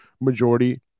majority